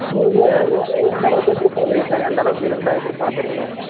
நீங்கள் எது எந்தளவுக்கு எதிர்பார்க்குறீங்க சார் எந்தளவுக்கு இருந்தால் எதிர்பார்க்குறீங்க